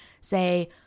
say